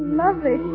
lovely